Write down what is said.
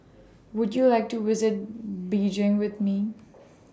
Would YOU like to visit Beijing with Me